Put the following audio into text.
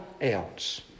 else